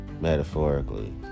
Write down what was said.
metaphorically